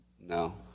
No